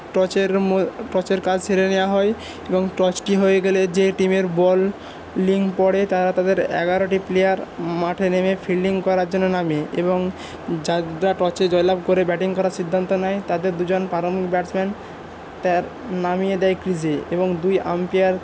টসের টসের কাজ সেরে নেওয়া হয় এবং টসটি হয়ে গেলে যে টিমের বোলিং পড়ে তারা তাদের এগারোটি প্লেয়ার মাঠে নেমে ফিলন্ডিং করার জন্য নামে এবং যারা টচে জয়লাভ করে ব্যাটিং করার সিদ্ধান্ত নেয় তাদের দুজন ব্যাটসম্যান নামিয়ে দেয় ক্রিজে এবং দুই আম্পেয়ার